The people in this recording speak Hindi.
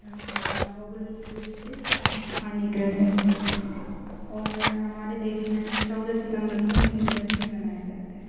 यह भाषा भुगोलिक रूप से स्थानीकृत है और हमारे देश में चौदह सितंबर को हिन्दी दिवस भी मनाया जाता है